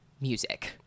music